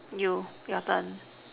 you your turn